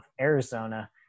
Arizona